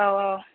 औ औ